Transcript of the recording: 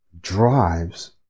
drives